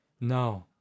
No